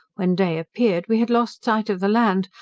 when day appeared we had lost sight of the land,